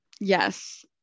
Yes